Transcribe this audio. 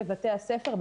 בבתי הספר,